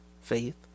faith